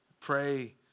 Pray